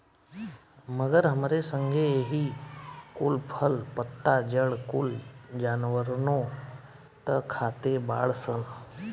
मगर हमरे संगे एही कुल फल, पत्ता, जड़ कुल जानवरनो त खाते बाड़ सन